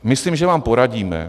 Myslím, že vám poradíme.